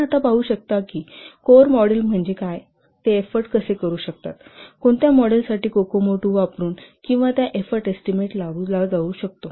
आता आपण पाहू की कोर मॉडेल काय आहे ते एफोर्ट कसे करू शकतात कोणत्याही मॉडेलसाठी कोकोमो II वापरुन किंवा त्या एफोर्ट एस्टीमेट कसा लावला जाऊ शकतो